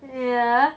ya